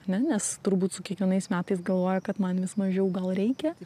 ane nes turbūt su kiekvienais metais galvoju kad man vis mažiau gal reikia